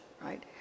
right